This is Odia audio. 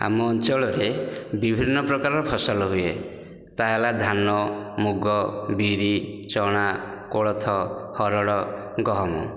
ଆମ ଅଞ୍ଚଳରେ ବିଭିନ୍ନ ପ୍ରକାରର ଫସଲ ହୁଏ ତାହା ହେଲା ଧାନ ମୁଗ ବିରି ଚଣା କୋଳଥ ହରଡ଼ ଗହମ